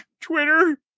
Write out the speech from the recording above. Twitter